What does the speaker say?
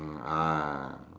uh ah